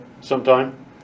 sometime